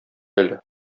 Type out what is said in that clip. әле